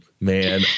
man